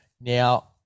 Now